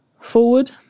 forward